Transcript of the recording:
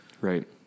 Right